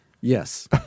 yes